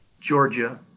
Georgia